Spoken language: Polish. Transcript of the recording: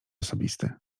osobisty